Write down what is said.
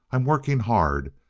i'm working hard.